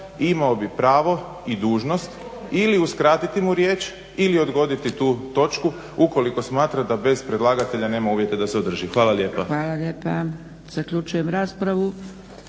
imao bi pravo i dužnost ili uskratiti mu riječ ili odgoditi tu točku ukoliko smatra da bez predlagatelja nema uvjete da se održi. Hvala lijepa. **Zgrebec, Dragica (SDP)** Hvala lijepa. Zaključujem raspravu.